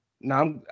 Now